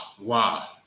Wow